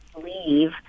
leave